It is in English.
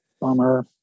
Bummer